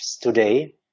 today